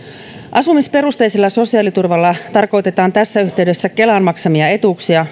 asumisperusteisella sosiaaliturvalla tarkoitetaan tässä yhteydessä kelan maksamia etuuksia